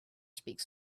speaks